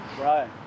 Right